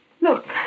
Look